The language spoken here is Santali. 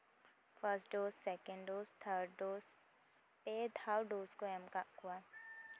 first dose second dose third dose ᱯᱮ ᱫᱷᱟᱣ ᱰᱳᱥ ᱠᱚ ᱮᱢ ᱠᱟᱜ ᱠᱚᱣᱟ